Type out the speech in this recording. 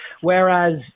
whereas